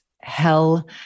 hell